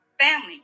family